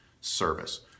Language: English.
service